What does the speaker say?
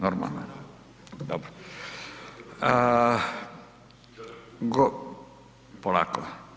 Normalno, dobro. … [[Upadica sa strane, ne razumije se.]] Polako.